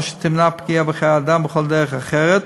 או שתמנע פגיעה בחיי אדם בכל דרך אחרת,